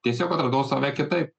tiesiog atradau save kitaip